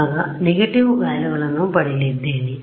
ಆಗ ನೆಗೆಟಿವೆ ಮೌಲ್ಯಗಳನ್ನು ಪಡೆಯಲಿದ್ದೇನೆ